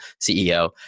CEO